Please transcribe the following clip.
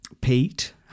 Pete